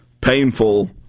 painful